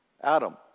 Adam